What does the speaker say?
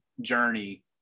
journey